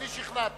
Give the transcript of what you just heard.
אותי שכנעת.